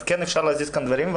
אז כן אפשר להזיז כאן דברים.